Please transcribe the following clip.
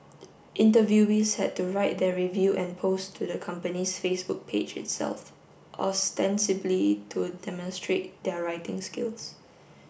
interviewees had to write their review and post to the company's Facebook page itself ostensibly to demonstrate their writing skills